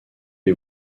les